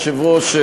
אדוני היושב-ראש,